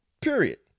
period